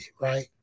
right